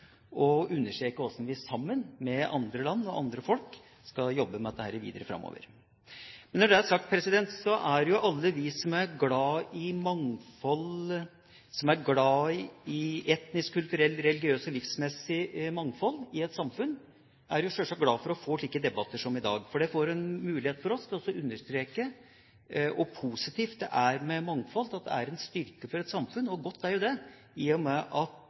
og for å understreke hvordan vi sammen med andre land og andre folk skal jobbe med dette videre framover. Men når det er sagt, vil jeg si at alle vi som er glad i mangfold – som er glad i etnisk, kulturell, religiøs og livsmessig mangfold i et samfunn – sjølsagt er glad for å få slike debatter som i dag, fordi det gir oss en mulighet til å understreke hvor positivt det er med mangfold – at det er en styrke for et samfunn. Og godt er jo det, i og med at